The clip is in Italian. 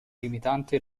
limitante